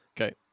Okay